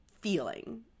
feeling